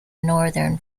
northern